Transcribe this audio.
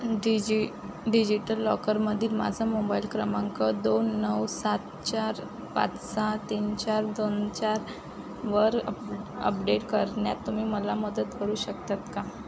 digi digital लॉकरमधील माझा mobile क्रमांक दोन नऊ सात चार पाच सहा तीन चार दोन चार वर अप अपडेट करण्यात तुम्ही मला मदत करू शकतात का